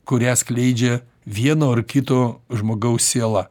kurią skleidžia vieno ar kito žmogaus siela